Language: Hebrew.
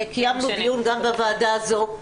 קיימנו דיון עליו, גם בוועדה הזאת,